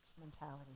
mentality